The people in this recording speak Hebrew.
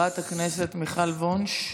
חברת הכנסת מיכל וונש,